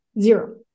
Zero